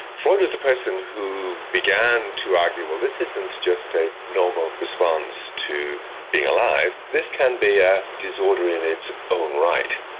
freud was the person who began to argue well, this isn't just a normal response to being alive, this can be a disorder in its own right.